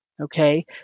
okay